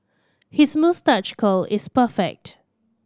his moustache curl is perfect